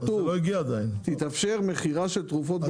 כתוב: תתאפשר מכירה של תרופות ממכונות.